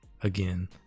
again